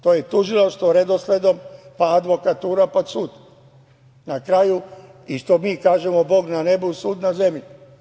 To je tužilaštvo, redosledom, pa advokatura, pa sud na kraju i što mi kažemo – Bog na nebu, sud na zemlji.